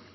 og